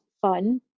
fun